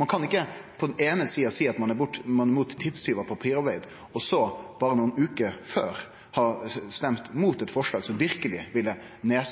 Ein kan ikkje på den eine sida seie at ein er imot tidstjuvar og papirarbeid når ein berre nokre veker før har stemt imot eit forslag som verkeleg ville